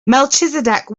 melchizedek